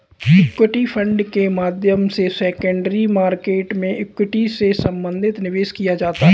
equity fund के माध्यम से सेकेंडरी मार्केट में इक्विटी से संबंधित निवेश किया जाता है